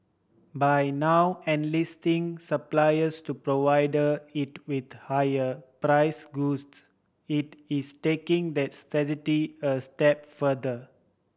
by now enlisting suppliers to provide it with higher price goods it is taking that strategy a step further